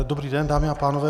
Dobrý den, dámy a pánové.